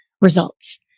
results